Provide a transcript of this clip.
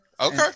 Okay